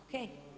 OK.